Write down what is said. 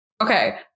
Okay